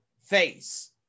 face